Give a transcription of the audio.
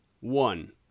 one